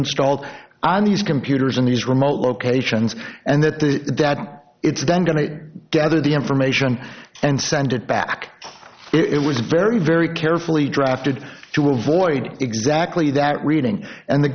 installed on these computers in these remote locations and that the data it's then going to gather the information and send it back it was very very carefully drafted to avoid exactly that reading and the